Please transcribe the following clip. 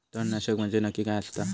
तणनाशक म्हंजे नक्की काय असता?